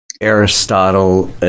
Aristotle